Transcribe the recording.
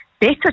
Better